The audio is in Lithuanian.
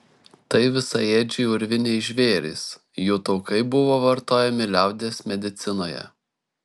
tai visaėdžiai urviniai žvėrys jų taukai buvo vartojami liaudies medicinoje